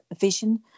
vision